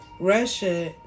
russia